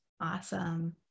Awesome